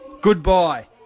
Goodbye